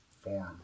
form